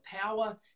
power